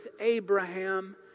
Abraham